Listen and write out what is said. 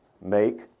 Make